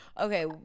Okay